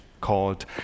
called